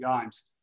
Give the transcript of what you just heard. games